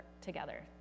together